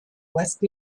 west